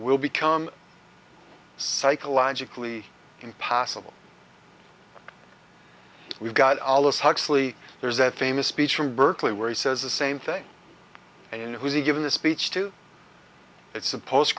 will become psychologically impossible we've got alice huxley there's that famous speech from berkeley where he says the same thing and it was he given this speech to it's a post